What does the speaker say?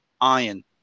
iron